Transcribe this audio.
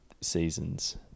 seasons